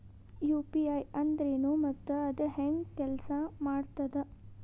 UPI ಅಂದ್ರೆನು ಮತ್ತ ಅದ ಹೆಂಗ ಕೆಲ್ಸ ಮಾಡ್ತದ